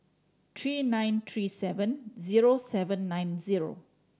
three nine three seven zero seven nine zero